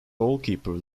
goalkeeper